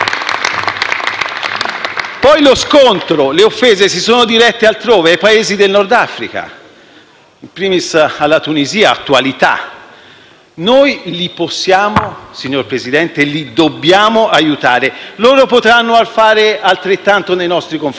Poi lo scontro, le offese si sono dirette altrove, ai Paesi del Nord Africa, *in primis* alla Tunisia (è attualità). Noi, signor Presidente, li possiamo, li dobbiamo aiutare: loro potranno fare altrettanto nei nostri confronti.